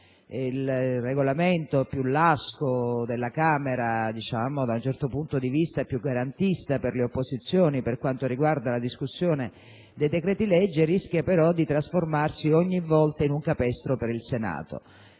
Il Regolamento più lasco della Camera, da un certo punto di vista più garantista per le opposizioni per quanto riguarda la discussione dei decreti-legge, rischia però di trasformarsi ogni volta in un capestro per il Senato.